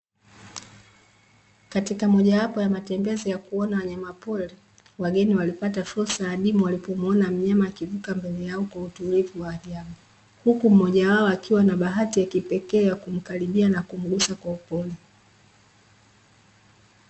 Katika moja wapo ya matembezi ya kuona wanyama pori, wageni walipata fursa adimu, walipomuona mnyama akivuka mbele yao kwa utulivu wa ajabu, huku mmoja wao akiwa na bahati ya kipekee ya kumkaribia na kumgusa kwa upole.